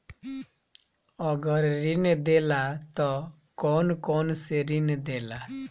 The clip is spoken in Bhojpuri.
अगर ऋण देला त कौन कौन से ऋण देला?